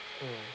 mm